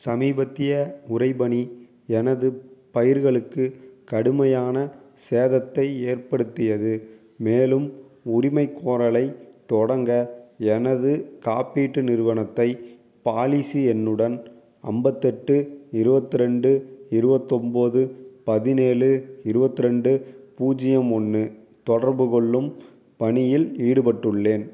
சமீபத்திய உறைபனி எனது பயிர்களுக்கு கடுமையான சேதத்தை ஏற்படுத்தியது மேலும் உரிமைக்கோரலை தொடங்க எனது காப்பீட்டு நிறுவனத்தை பாலிசி எண்ணுடன் ஐம்பத்தெட்டு இருபத்து ரெண்டு இருபத்து ஒன்போது பதினேழு இருபத்து ரெண்டு பூஜ்யம் ஒன்று தொடர்புக்கொள்ளும் பணியில் ஈடுபட்டுள்ளேன்